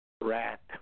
Rat